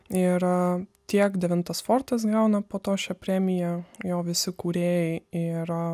ir a tiek devintas fortas gauna po to šią premiją jo visi kūrėjai ir